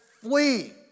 flee